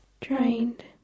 drained